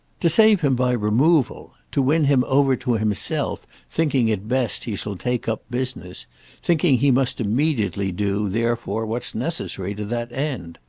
to save him by removal to win him over to himself thinking it best he shall take up business thinking he must immediately do therefore what's necessary to that end.